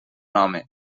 home